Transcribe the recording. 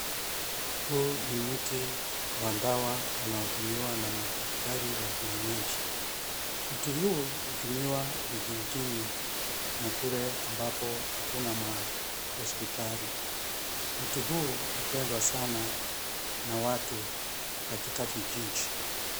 Huu ni mti wa dawa unaotumiwa na madaktari wa kienyeji. Mti huu hutumiwa vijijini na kule ambapo hakuna ma hospitali. Mti huu hupendwa sana na watu katika vijiji.